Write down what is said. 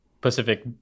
Pacific